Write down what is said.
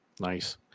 nice